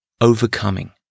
overcoming